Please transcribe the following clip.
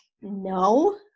no